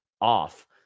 off